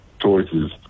choices